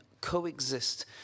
coexist